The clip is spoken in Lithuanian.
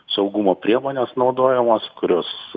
saugumo priemonės naudojamos kurios